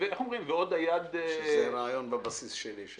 ועוד היד --- שזה רעיון בבסיס שלי.